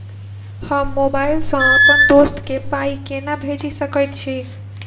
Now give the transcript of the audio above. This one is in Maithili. हम मोबाइल सअ अप्पन दोस्त केँ पाई केना भेजि सकैत छी?